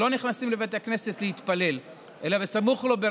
ולא נכנסים לבית הכנסת להתפלל אלא סמוך לו,